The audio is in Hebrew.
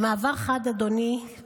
במעבר חד וקצר,